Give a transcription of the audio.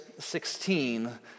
16